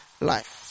life